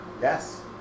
Yes